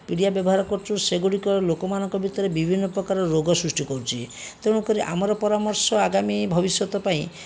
ପିଡ଼ିଆ ବ୍ୟବହାର କରୁଛୁ ସେଗୁଡ଼ିକ ଲୋକମାନଙ୍କ ଭିତରେ ବିଭିନ୍ନପ୍ରକାର ରୋଗ ସୃଷ୍ଟି କରୁଛି ତେଣୁକରି ଆମର ପରାମର୍ଶ ଆଗାମୀ ଭବିଷ୍ୟତ ପାଇଁ